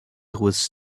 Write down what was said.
was